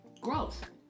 Growth